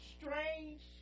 strange